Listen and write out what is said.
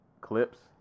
clips